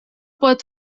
pot